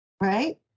Right